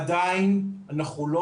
עדיין אנחנו לא